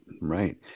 Right